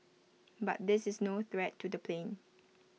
but this is no threat to the plane